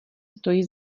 stojí